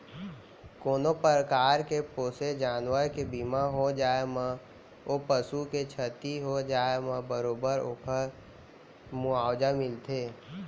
कोनों परकार के पोसे जानवर के बीमा हो जाए म ओ पसु के छति हो जाए म बरोबर ओकर मुवावजा मिलथे